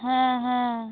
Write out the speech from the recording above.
ᱦᱮᱸ ᱦᱮᱸ